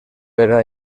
era